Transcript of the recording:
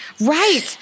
Right